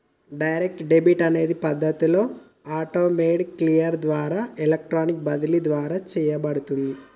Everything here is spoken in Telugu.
డైరెక్ట్ డెబిట్ అనే పద్ధతి ఆటోమేటెడ్ క్లియర్ ద్వారా ఎలక్ట్రానిక్ బదిలీ ద్వారా చేయబడుతున్నాది